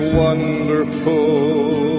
wonderful